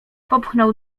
popchnął